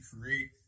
create